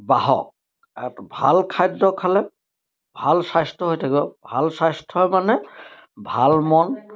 বাহক ভাল খাদ্য খালে ভাল স্বাস্থ্য হৈ থাকিব ভাল স্বাস্থ্যই মানে ভাল মন